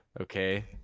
Okay